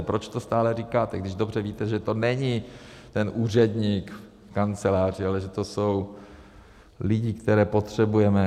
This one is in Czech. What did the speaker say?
Proč to stále říkáte, když dobře víte, že to není ten úředník v kanceláři, ale že to jsou lidi, které potřebujeme?